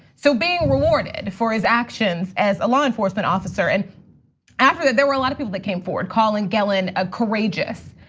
so being rewarded for his actions as a law enforcement officer. and after that there were a lot of people that came forward calling gelin ah courageous,